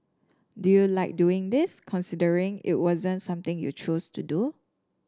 do you like doing this considering it wasn't something you chose to do